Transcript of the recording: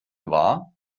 war